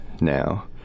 now